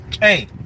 Hey